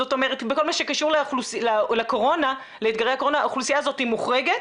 זאת אומרת בכל מה שקשור לאתגרי הקורונה האוכלוסייה הזאת מוחרגת,